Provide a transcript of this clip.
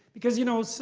because you know, so